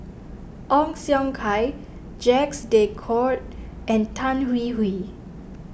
Ong Siong Kai Jacques De Coutre and Tan Hwee Hwee